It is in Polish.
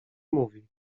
mówi